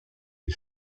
des